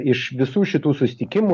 iš visų šitų susitikimų